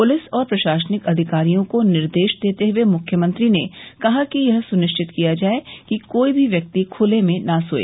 police और प्रशासनिक अधिकारियों को निर्देश देते हये मुख्यमंत्री ने कहा कि यह सुनिश्चित किया जाय कि कोई भी व्यक्ति खले में न सोए